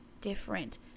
different